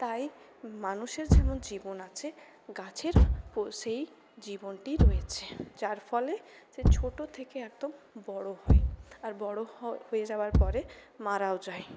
তাই মানুষের যেমন জীবন আছে গাছেরও সেই জীবনটি রয়েছে যার ফলে সে ছোট থেকে একদম বড় হয় আর বড় হও হয়ে যাওয়ার পরে মারাও যায়